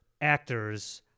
actors